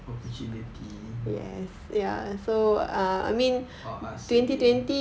opportunity for us